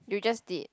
you just did